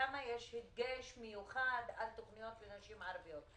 וכמה יש דגש מיוחד על תכניות לנשים ערביות?